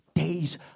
days